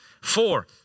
Four